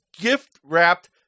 gift-wrapped